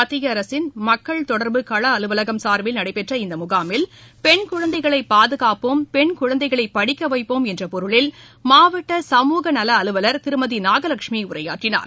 மத்திய அரசின் மக்கள் தொடர்பு கள அலுவலகம் சார்பில் நடைபெற்ற இந்த முகாமில் பெண் குழந்தைகளை பாதுகாப்போம் பெண் குழந்தைகளை படிக்க வைப்போம் என்ற பொருளில் மாவட்ட சமூக நல அலுவலர் திருமதி நாகலட்சுமி உரையாற்றினார்